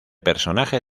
personaje